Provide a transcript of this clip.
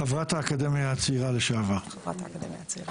חברת האקדמיה הצעירה לשעבר וגם